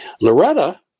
Loretta